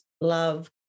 love